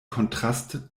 kontrast